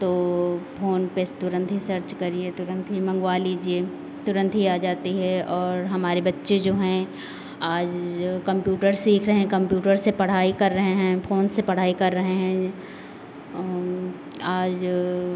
तो फोन पे तुरंत ही सर्च करिए तुरंत ही मंगवा लीजिए तुरंत ही आ जाती है और हमारे बच्चे जो हैं आज जो है कम्प्यूटर सीख रहे हैं कम्प्यूटर से पढ़ाई कर रहे हैं फोन से पढ़ाई कर रहे हैं ये आज